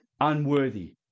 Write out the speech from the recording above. unworthy